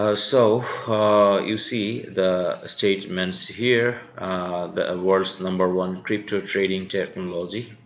ah so ah you see the statements here the world's number one crypto trading technology